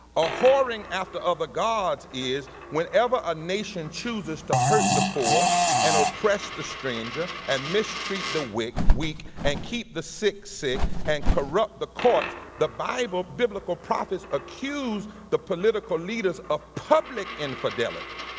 ah whoring after other gods is whenever a nation chooses to hurt the poor and oppress the stranger and mistreat the weak weak and keep the sick sick and corrupt the courts, the but biblical prophets accused the political leader of public infidelity.